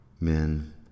Men